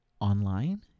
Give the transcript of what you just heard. online